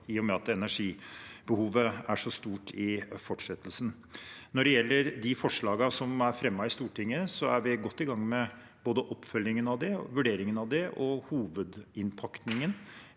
i og med at energibehovet er så stort i fortsettelsen. Når det gjelder de forslagene som er fremmet i Stortinget, er vi godt i gang med både oppfølgingen av dem og vurderingene av dem. Hovedinnpakningen